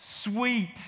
sweet